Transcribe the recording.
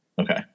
Okay